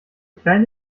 kleine